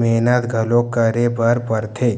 मेहनत घलो करे बर परथे